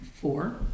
four